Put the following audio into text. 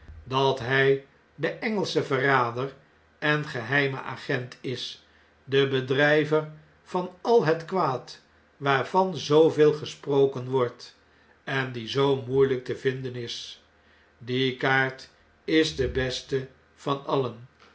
dat hij de engelsche verrader en geheime agent is de bedrijver van al het kwaad waarvan zooveel gesproken wordt en die zoo moeielijk te vinden is die kaart isde beste van alien